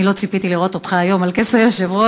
אני לא ציפיתי לראות אותך היום על כס היושב-ראש,